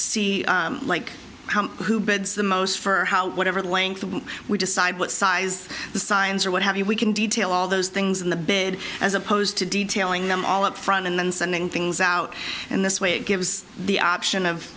see like who beds the most for whatever length we decide what size the signs are what have you we can detail all those things in the bed as opposed to detailing them all up front and then sending things out and this way it gives the option of